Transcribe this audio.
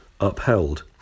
upheld